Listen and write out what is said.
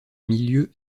milieu